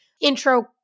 intro